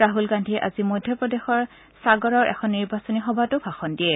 ৰাহুল গান্ধীয়ে আজি মধ্য প্ৰদেশৰ সাগৰৰ এখন নিৰ্বাচনী সভাতো ভাষণ দিয়ে